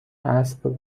عصر